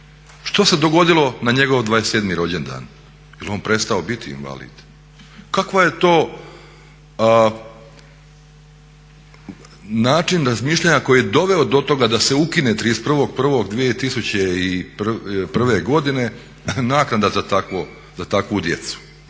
što se dogodilo na njegov 27 rođendan? Jel' on prestao biti invalid? Kakva je to način razmišljanja koji je doveo do toga da se ukine 31.1.2001. godine naknada za takvu djecu,